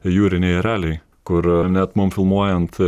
jūriniai ereliai kur net mum filmuojant